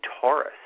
Taurus